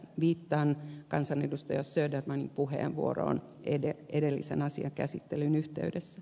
viittaan kansanedustaja södermanin puheenvuoroon edellisen asian käsittelyn yhteydessä